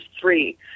three